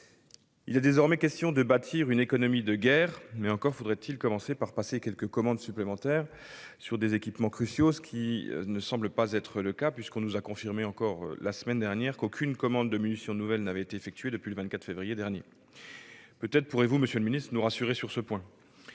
Il est désormais question de bâtir une « économie de guerre ». Mais encore faudrait-il commencer par passer quelques commandes supplémentaires sur des équipements cruciaux, ce qui ne semble pas être le cas, puisqu'on nous a confirmé encore la semaine dernière qu'aucune commande de munitions nouvelles n'avait été effectuée depuis le 24 février dernier. Peut-être pourrez-vous nous rassurer à cet